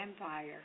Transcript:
Empire